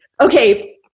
Okay